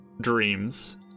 dreams